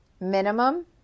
minimum